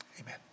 Amen